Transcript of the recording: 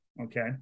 okay